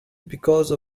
because